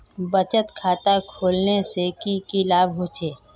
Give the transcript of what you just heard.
बचत खाता खोलने से की की लाभ होचे?